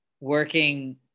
working